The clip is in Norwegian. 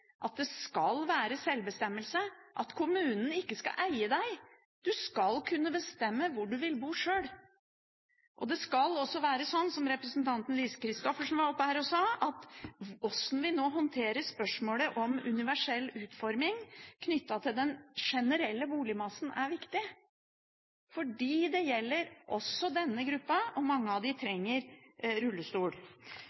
der det skal være sjølbestemmelse, kommunen skal ikke eie deg. Du skal kunne bestemme hvor du vil bo sjøl. Som representanten Lise Christoffersen sa, er det sånn at hvordan vi nå håndterer spørsmålene om universell utforming knyttet til den generelle boligmassen, er viktig, for dette gjelder også for denne gruppa, og mange av